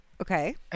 Okay